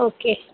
okay